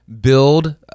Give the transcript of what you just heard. build